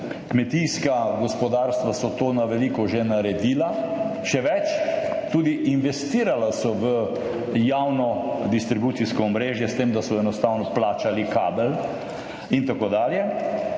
Kmetijska gospodarstva so to na veliko že naredila, še več, tudi investirala so v javno distribucijsko omrežje tako, da so enostavno plačala kabel in tako dalje.